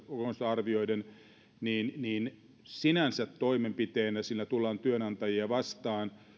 arvioiden tullaan sinänsä toimenpiteenä työnantajia vastaan